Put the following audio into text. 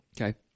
Okay